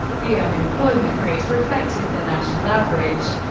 the unemployment rate reflected the national average.